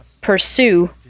pursue